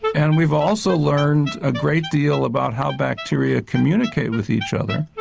and we've also learned a great deal about how bacteria communicate with each other.